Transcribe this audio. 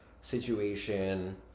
situation